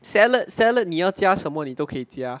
salad salad 你要加什么你都可以加